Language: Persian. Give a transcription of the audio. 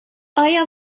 آیا